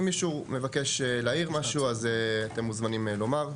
אם מישהו מבקש להעיר משהו אז אתם מוזמנים לומר.